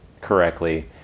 correctly